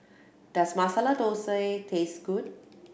does Masala Dosa taste good